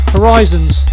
Horizons